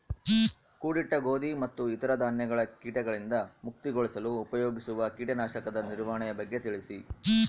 ಕೂಡಿಟ್ಟ ಗೋಧಿ ಮತ್ತು ಇತರ ಧಾನ್ಯಗಳ ಕೇಟಗಳಿಂದ ಮುಕ್ತಿಗೊಳಿಸಲು ಉಪಯೋಗಿಸುವ ಕೇಟನಾಶಕದ ನಿರ್ವಹಣೆಯ ಬಗ್ಗೆ ತಿಳಿಸಿ?